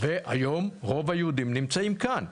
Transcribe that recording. והיום רוב היהודים נמצאים כאן.